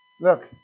Look